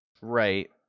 right